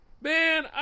Man